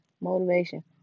Motivation